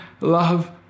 love